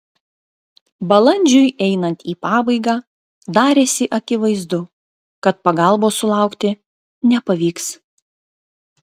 balandžiui einant į pabaigą darėsi akivaizdu kad pagalbos sulaukti nepavyks